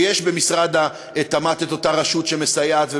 שיש במשרד התמ"ת את אותה רשות שמסייעת.